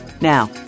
Now